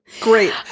Great